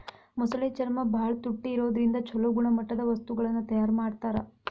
ಮೊಸಳೆ ಚರ್ಮ ಬಾಳ ತುಟ್ಟಿ ಇರೋದ್ರಿಂದ ಚೊಲೋ ಗುಣಮಟ್ಟದ ವಸ್ತುಗಳನ್ನ ತಯಾರ್ ಮಾಡ್ತಾರ